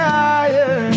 higher